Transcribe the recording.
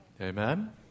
Amen